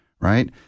Right